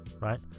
Right